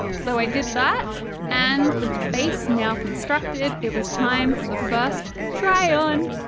so i did that and with the base now constructed, it was time for the first try on.